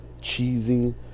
cheesy